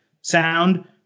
sound